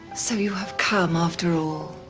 so you have come after all.